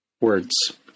words